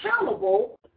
accountable